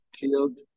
killed